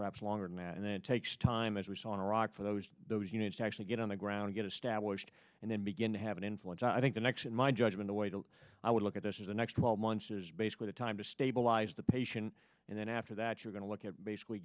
perhaps longer than that and it takes time as we saw in iraq for those those units to actually get on the ground get established and then begin to have an influence i think the next in my judgment a way to i would look at this is the next twelve months is basically the time to stabilize the patient and then after that you're going to look at basically